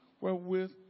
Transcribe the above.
wherewith